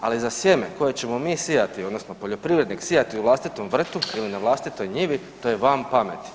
ali za sjeme koje ćemo mi sijati, odnosno poljoprivrednik sijati u vlastitom vrtu ili na vlastitoj njivi, to je van pameti.